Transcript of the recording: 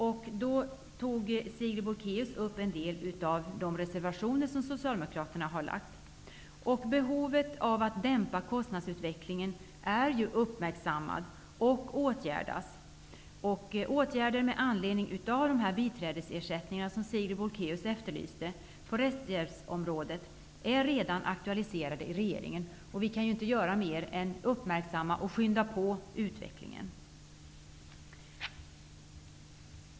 Sigrid Bolkéus tog upp en del av Socialdemokraternas reservationer. Behovet av att dämpa kostnadsutvecklingen är ju uppmärksammad och åtgärdas. Åtgärder med anledning av de biträdesersättningar som Sigrid Bolkéus efterlyste på rättshjälpsområdet har redan aktualiserats i regeringen. Vi kan inte göra mer än uppmärksamma och skynda på utvecklingen.